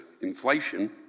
inflation